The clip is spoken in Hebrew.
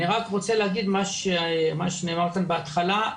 אני רק רוצה להגיד משהו שנאמר כאן בהתחלה,